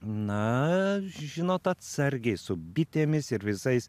na žinot atsargiai su bitėmis ir visais